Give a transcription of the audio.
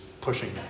pushing